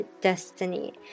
destiny